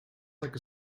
like